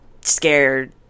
scared